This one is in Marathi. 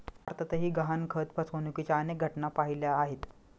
भारतातही गहाणखत फसवणुकीच्या अनेक घटना पाहिल्या आहेत